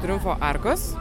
triumfo arkos